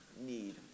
need